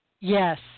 Yes